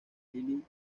lily